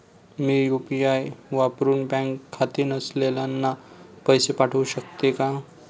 मी UPI वापरुन bank खाते नसलेल्यांना पैसे पाठवू शकते का?